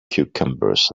cucumbers